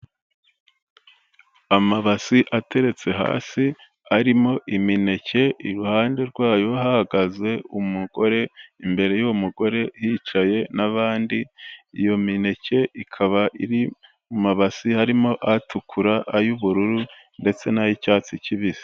Amabasi ateretse hasi arimo imineke iruhande rwayo hahagaze umugore imbere y'uwo mugore yicaye n'abandi, iyo mineke ikaba iri mu mabasi harimo atukura, ay'ubururu, ndetse n'ay'icyatsi kibisi.